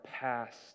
past